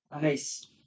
Nice